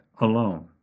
alone